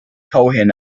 cohen